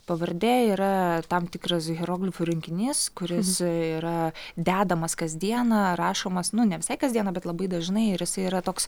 pavardė yra tam tikras hieroglifų rinkinys kuris yra dedamas kasdieną rašomas nu ne visai kasdieną bet labai dažnai ir jisai yra toks